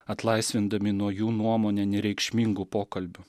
atlaisvindami nuo jų nuomone nereikšmingų pokalbių